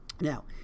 Now